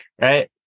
right